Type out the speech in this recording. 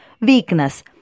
weakness